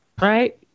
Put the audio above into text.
Right